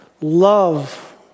Love